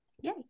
Yay